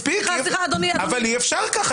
סליחה, אדוני, לא אפריע לך.